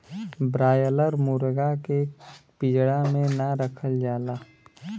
broiler मुरगा के पिजड़ा में ना रखल जाला